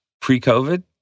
pre-COVID